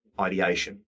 ideation